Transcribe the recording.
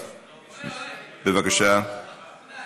בבקשה, אדוני,